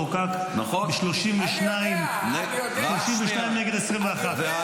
חוקק ב-32 נגד 21. אני יודע,